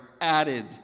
added